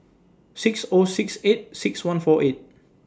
six O six eight six one four eight